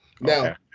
now